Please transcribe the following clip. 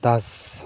Das